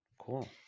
Cool